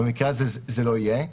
במקרה הזה, זה לא יהיה.